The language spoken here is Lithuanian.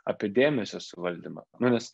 apie dėmesio suvaldymą nu nes